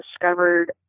discovered